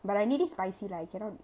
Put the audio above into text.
but I need it spicy lah I cannot